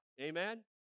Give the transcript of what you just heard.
Amen